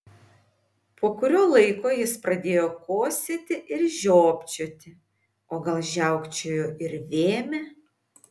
po kurio laiko jis pradėjo kosėti ir žiopčioti o gal žiaukčiojo ir vėmė